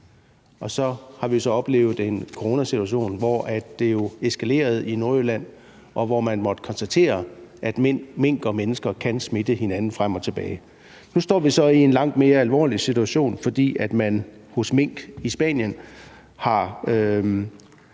og så har vi så oplevet en coronasituation, hvor det jo eskalerede i Nordjylland, og hvor man måtte konstatere, at mink og mennesker kan smitte hinanden frem og tilbage. Nu står vi så i en langt mere alvorlig situation, fordi man blandt mink i Spanien har